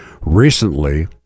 Recently